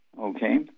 okay